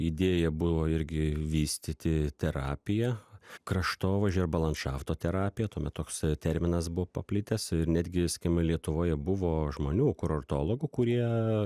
idėja buvo irgi vystyti terapiją kraštovaizdžio arba landšafto terapiją tuomet toks terminas buvo paplitęs ir netgi skim lietuvoje buvo žmonių kurortologų kurie